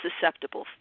susceptible